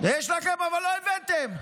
יש לנו הצעת חוק,